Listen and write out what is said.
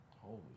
Holy